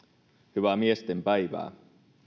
hyvää miestenpäivää